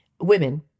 women